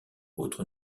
autre